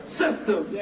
system